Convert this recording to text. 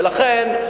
ולכן,